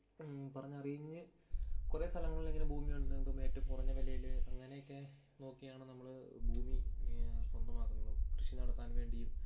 പറഞ്ഞറിഞ്ഞ് കുറേ സ്ഥലങ്ങളിൽ ഇങ്ങനെ ഭൂമിയുണ്ട് ഏറ്റവും കുറഞ്ഞ വിലയിൽ അങ്ങനെയൊക്കെ നോക്കിയാണ് നമ്മൾ ഭൂമി സ്വന്തമാക്കുന്നതും കൃഷി നടത്താൻ വേണ്ടിയും